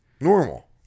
Normal